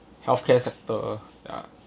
healthcare sector ya